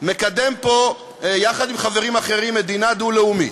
מקדם פה יחד עם חברים אחרים מדינה דו-לאומית,